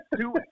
two